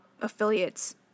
affiliates